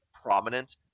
prominent